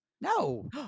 No